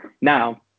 now